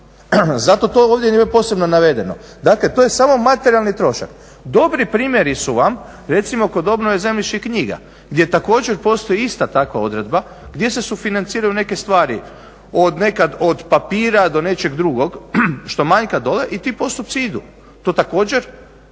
Zato je to ovdje posebno navedeno. Dakle, to je samo materijalni trošak. Dobri primjeri su vam, recimo kod obnove zemljišnih knjiga gdje također postoji ista takva odredba gdje se sufinanciraju neke stvari od nekad od papira do nečeg druga što manjka dolje i ti postupci idu. To također